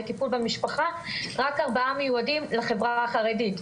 ולטיפול במשפחה רק ארבעה מיועדים לחברה החרדית.